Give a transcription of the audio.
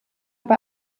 bei